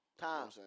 Time